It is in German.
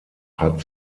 hat